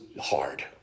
hard